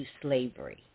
slavery